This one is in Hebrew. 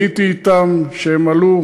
הייתי אתם כשהם עלו